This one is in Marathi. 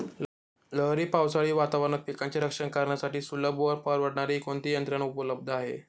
लहरी पावसाळी वातावरणात पिकांचे रक्षण करण्यासाठी सुलभ व परवडणारी कोणती यंत्रणा उपलब्ध आहे?